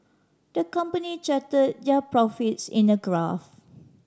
the company charted their profits in a graph